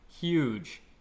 huge